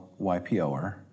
YPOer